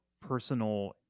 personal